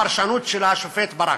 הפרשנות של השופט ברק.